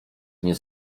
nie